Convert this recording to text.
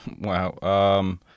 Wow